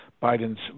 biden's